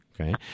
okay